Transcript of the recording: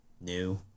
New